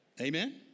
Amen